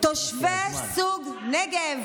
תושבי סוג נגב,